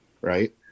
right